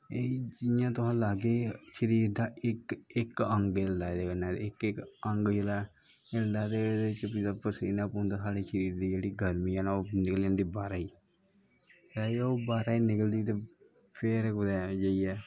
जियां तुस लाग्गे ते शरीर दा इक इक अंग हिल्लना एह्दे कन्नै ते इक इक अंग हिल्लदा जिसले दे साढ़े शरीर दी पसीना पौंदा ते शरीर दी गर्मी ऐ ओह् निकली जंदी बाह्रे गी जिसलै ओह् बाह्रे गी निकलदी ते फिर जाइयै कुदै